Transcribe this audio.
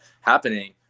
happening